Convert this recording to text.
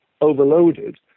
overloaded